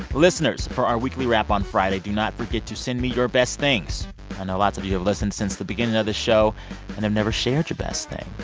listeners, for our weekly wrap on friday, do not forget to send me your best things. i know lots of you have listened since the beginning of the show and have never shared your best thing.